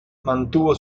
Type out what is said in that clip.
mantuvo